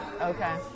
Okay